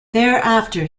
thereafter